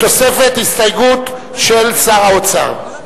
בתוספת הסתייגות של שר האוצר.